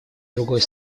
другой